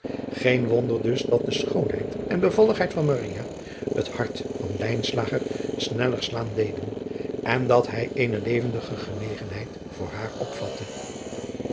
geen wonder dus dat de schoonheid en bevalligheid van maria het hart van lijnslager sneller slaan deden en dat hij eene levendige genegenheid voor haar